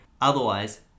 Otherwise